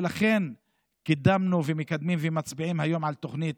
ולכן קידמנו ואנו מקדמים ומצביעים היום על תוכנית,